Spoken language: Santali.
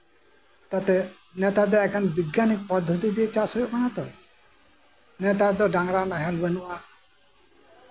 ᱛᱟᱛᱮ ᱱᱮᱛᱟᱨ ᱫᱚ ᱮᱠᱮᱱ ᱵᱤᱜᱽᱜᱟᱱᱤᱠ ᱯᱚᱫᱽᱫᱷᱚᱛᱤᱛᱮ ᱪᱟᱥ ᱦᱩᱭᱩᱜ ᱠᱟᱱᱟ ᱛᱚ ᱱᱮᱛᱟᱨ ᱫᱚ ᱰᱟᱝᱨᱟ ᱱᱟᱦᱮᱞ ᱵᱟᱹᱱᱩᱜᱼᱟ